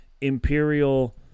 Imperial